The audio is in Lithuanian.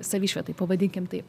savišvietai pavadinkim taip